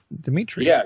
Dimitri